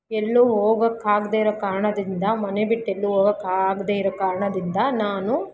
ಎಲ್ಲೂ ಹೋಗೋಕ್ ಆಗ್ದೆ ಇರೋ ಕಾರಣದಿಂದ ಮನೆ ಬಿಟ್ಟು ಎಲ್ಲೂ ಹೋಗೋಕಾಗ್ದೆ ಇರೋ ಕಾರಣದಿಂದ ನಾನು